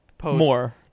More